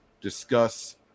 discuss